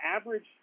average